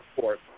fourth